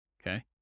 Okay